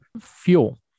fuel